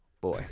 Boy